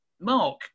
Mark